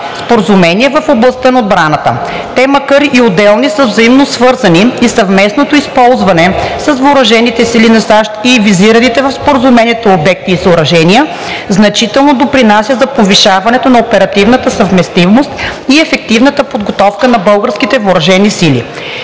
Споразумение в областта на отбраната. Те, макар и отделени, са взаимносвързани и съвместното използване с въоръжените сили на САЩ на визираните в Споразумението обекти и съоръжения значително допринася за повишаването на оперативната съвместимост и ефективната подготовка на българските въоръжени сили.